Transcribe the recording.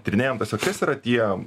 tyrinėjam tiesiog kas yra tie